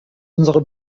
unsere